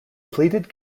pleaded